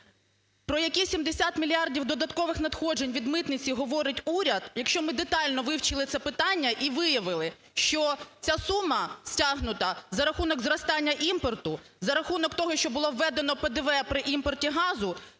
Про які 70 мільярдів додаткових надходжень від митниці говорить уряд, якщо ми детально вивчили це питання і виявили, що ця сума стягнута за рахунок зростання імпорту, за рахунок того, що було введено ПДВ при імпорті газу,